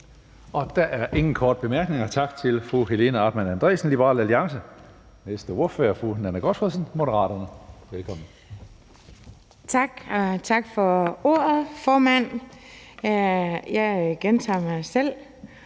Der er ingen korte bemærkninger. Tak til fru Helena Artmann Andresen, Liberal Alliance. Den næste ordfører er fru Nanna W. Gotfredsen, Moderaterne. Velkommen. Kl. 20:34 (Ordfører) Nanna W. Gotfredsen